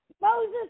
Moses